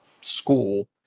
school